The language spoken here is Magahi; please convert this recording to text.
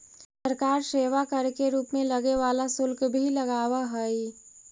सरकार सेवा कर के रूप में लगे वाला शुल्क भी लगावऽ हई